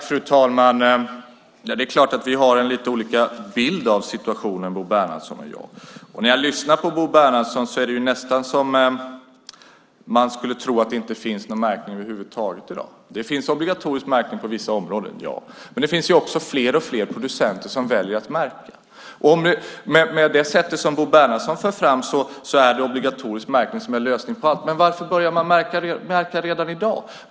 Fru talman! Det är klart att vi har lite olika bild av situationen, Bo Bernhardsson och jag. När jag lyssnar på Bo Bernhardsson är det nästan så man kan tro att det inte finns någon märkning över huvud taget i dag. Det finns obligatorisk märkning på vissa områden, ja, men det finns också fler och fler producenter som väljer att märka. Med det sätt som Bo Bernhardsson för fram detta är obligatorisk märkning lösningen på allt. Varför märker man redan i dag?